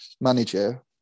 manager